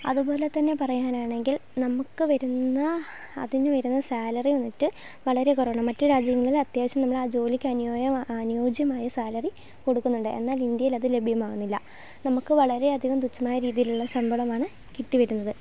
അതുപോലെത്തന്നെ പറയാനാണെങ്കിൽ നമുക്ക് വരുന്ന അതിനു വരുന്ന സാലറി വന്നിട്ട് വളരെ കുറവാണ് മറ്റു രാജ്യങ്ങളിൽ അത്യാവശ്യം നമ്മൾ ആ ജോലിയ്ക്ക് അനുയോജ്യമായ സാലറി കൊടുക്കുന്നുണ്ട് എന്നാൽ ഇന്ത്യയിൽ അതു ലഭ്യമാകുന്നില്ല നമുക്ക് വളരേയധികം തുച്ഛമായ രീതിയിലുള്ള ശമ്പളമാണ് കിട്ടി വരുന്നത്